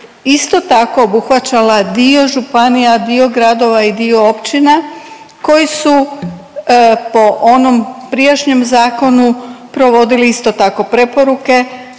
isto tako obuhvaćala dio županija, dio gradova i dio općina koji su po onom prijašnjem zakonu provodili, isto tako, preporuke,